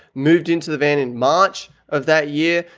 moved into the van in march of that year.